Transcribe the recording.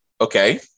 Okay